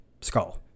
skull